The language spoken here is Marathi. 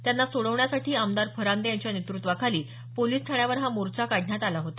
त्यांना सोडवण्यासाठी आमदार फरांदे यांच्या नेतृत्वाखाली पोलीस ठाण्यावर हा मोर्चा काढण्यात आला होता